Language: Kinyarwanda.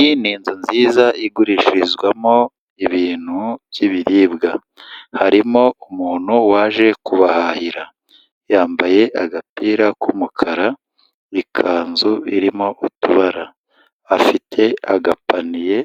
Iyi ni inzu nziza igurishirizwamo ibintu by'ibiribwa, harimo umuntu waje kubahahira, yambaye agapira k'umukara, ikanzu irimo utubara, afite agapaniye